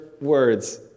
words